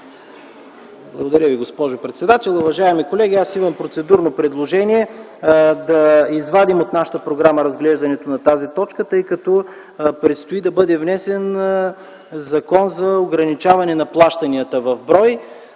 Благодаря Ви, госпожо председател. Уважаеми колеги, аз имам процедурно предложение – да извадим от нашата програма разглеждането на тази точка, тъй като предстои да бъде внесен Законопроект за ограничаване на плащанията в брой.